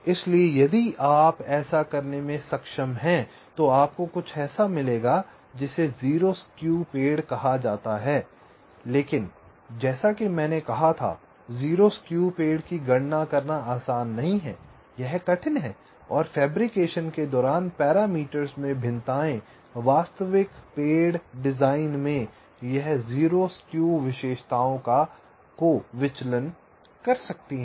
इसलिए यदि आप ऐसा करने में सक्षम हैं तो आपको कुछ ऐसा मिलेगा जिसे 0 स्क्यू पेड़ कहा जाता है लेकिन जैसा कि मैंने कहा था 0 स्क्यू पेड़ की गणना करना आसान नहीं है यह कठिन है और फेब्रिकेशन के दौरान पैरामीटर्स में भिन्नताएं वास्तविक पेड़ डिजाइन में यह 0 स्क्यू विशेषताओं को विचलन कर सकती है